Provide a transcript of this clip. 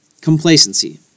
Complacency